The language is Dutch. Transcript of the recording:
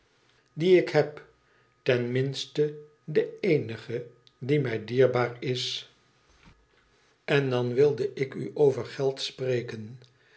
die ik heb ten minste de eenige die mij dierbaar is en dan wilde ik u over geld spreken